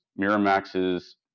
miramax's